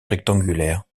rectangulaires